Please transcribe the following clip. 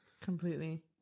completely